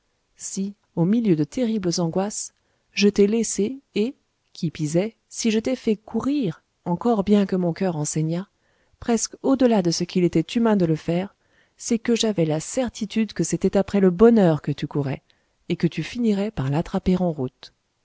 si au milieu de terribles angoisses je t'ai laissé et qui pis est si je t'ai fait courir encore bien que mon coeur en saignât presque au-delà de ce qu'il était humain de le faire c'est que j'avais la certitude que c'était après le bonheur que tu courais et que tu finirais par l'attraper en route